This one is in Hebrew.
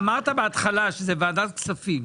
אבל אמרת בהתחלה שזה ועדת כספים.